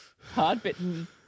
hard-bitten